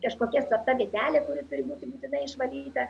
kažkokia slapta vietelė kuri turi būti būtinai išvalyta